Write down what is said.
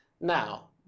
Now